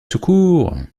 secours